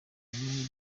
bukomeye